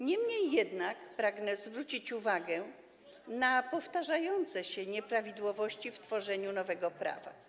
Niemniej jednak pragnę zwrócić uwagę na powtarzające się nieprawidłowości w tworzeniu nowego prawa.